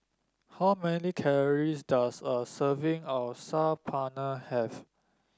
how many calories does a serving of Saag Paneer have